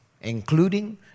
including